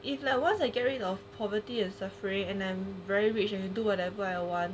if like once I get rid of poverty and suffering and I'm very rich and you do whatever I want